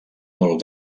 molt